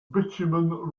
bitumen